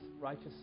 righteous